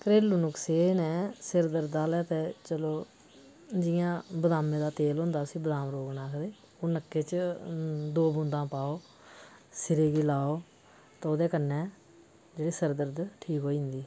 घरेलू नुक्से एह् न सिर दर्द आह्ला चलो जि'यां बदामे दा तेल होंदा ऐ अस बदाम रोगन आखदे ओह् नक्के च दो बूंदा पाओ सिरै गी लाओ ते ओह्दे कन्नै जेह्ड़ी सर दर्द ठीक होई जंदी